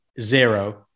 zero